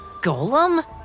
golem